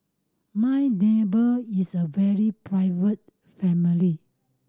my neighbour is a very private family